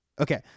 Okay